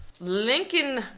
Lincoln